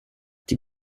die